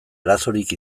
arazorik